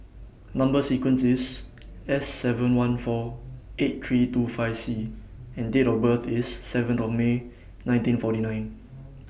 Number sequence IS S seven one four eight three two five C and Date of birth IS seventh of May nineteen forty nine